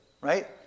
right